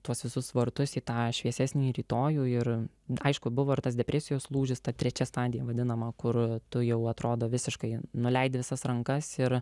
tuos visus vartus į tą šviesesnį rytojų ir aišku buvo ir tas depresijos lūžis ta trečia stadija vadinama kur tu jau atrodo visiškai nuleidi visas rankas ir